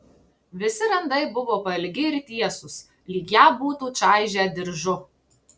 visi randai buvo pailgi ir tiesūs lyg ją būtų čaižę diržu